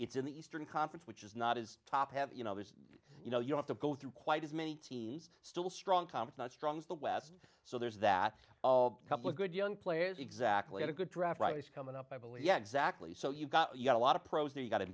it's in the eastern conference which is not as top heavy you know there's you know you have to go through quite as many teams still strong thomas not strong as the west so there's that couple of good young players exactly at a good draft right is coming up i believe yeah exactly so you've got you've got a lot of pros and you've got